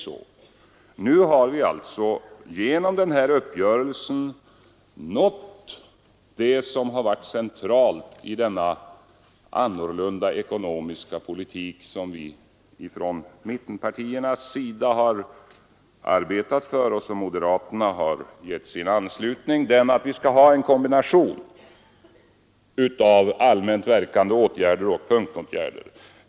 Men nu har vi genom denna uppgörelse nått det som har varit centralt i den annorlunda ekonomiska politik som vi från mittenpartiernas sida har arbetat för och som moderaterna har givit sin anslutning till, alltså att vi skall ha en kombination av allmänt verkande åtgärder och punktåtgärder.